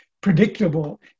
predictable